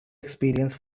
experience